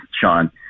Sean